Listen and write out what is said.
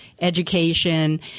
education